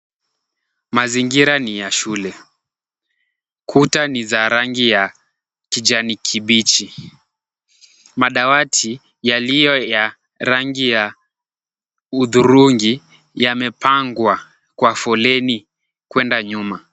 Mazingira ni ya shule. Kuta ni za rangi ya kijani kibichi. Madawati yaliyo ya rangi ya hudhurungi yamepangwa kwa foleni kwenda nyuma.